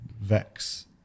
VEX